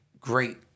Great